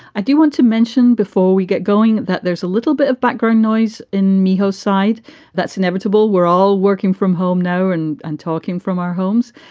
i do want to mention before we get going that there's a little bit of background noise in mewho side that's inevitable. we're all working from home now and i'm talking from our homes.